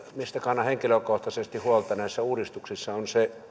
mistä kannan henkilökohtaisesti huolta näissä uudistuksissa on se